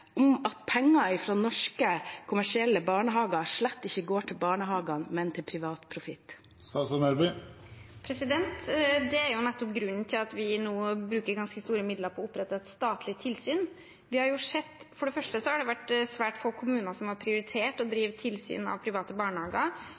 om at penger fra norske kommersielle barnehager slett ikke går til barnehagene, men til privat profitt? Det er nettopp grunnen til at vi nå bruker ganske store midler på å opprette et statlig tilsyn. For det første har vi sett at det har vært svært få kommuner som har prioritert å